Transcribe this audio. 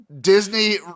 Disney